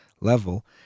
level